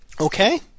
okay